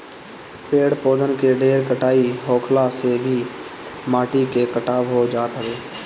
पेड़ पौधन के ढेर कटाई होखला से भी माटी के कटाव हो जात हवे